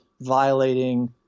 violating